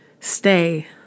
stay